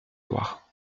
loire